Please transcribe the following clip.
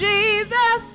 Jesus